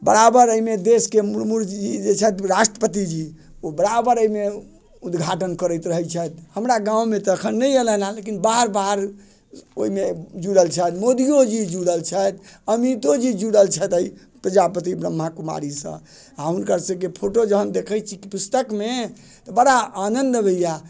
बराबर एहिमे देशके मुरमुर जी जे छथि राष्ट्रपति जी ओ बराबर एहिमे उद्घाटन करैत रहैत छथि हमरा गाँवमे तऽ एखन नहि एलनि हँ लेकिन बाहर बाहर ओहिमे जुड़ल छै आदमी मोदियो जी जुड़ल छथि अमितो जी जुड़ल छथि एहि प्रजापति ब्रह्मा कुमारीसँ आ हुनकर सबके फोटो जहन देखैत छी पुस्तकमे तऽ बड़ा आनंद अबैया